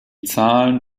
zahlen